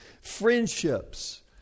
Friendships